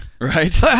Right